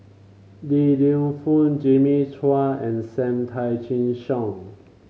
Li Lienfung Jimmy Chua and Sam Tan Chin Siong